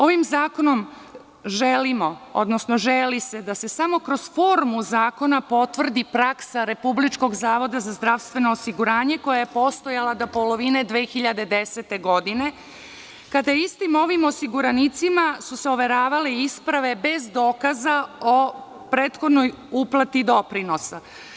Ovim zakonom želimo, odnosno želi se da se samo kroz formu zakona potvrdi praksa RZZO koja je postojala do polovine 2010. godine kada je istim ovim osiguranicima su se overavale isprave bez dokaza o prethodnoj uplati doprinosa.